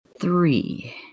Three